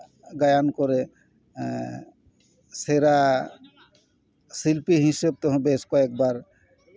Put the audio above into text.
ᱜᱟᱭᱟᱱ ᱠᱚᱨᱮᱜ ᱮᱜ ᱥᱮᱨᱟ ᱥᱤᱞᱯᱤ ᱦᱤᱥᱟᱹᱵᱽ ᱛᱮᱦᱚᱸ ᱵᱮᱥ ᱠᱚᱭᱮᱠ ᱵᱟᱨ